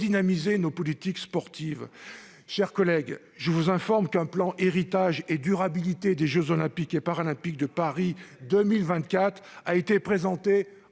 redynamiser nos politiques sportives. Mon cher collègue, je vous informe qu'un plan Héritage et Durabilité des jeux Olympiques et Paralympiques de Paris 2024 a été présenté